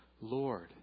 Lord